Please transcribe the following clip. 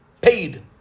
paid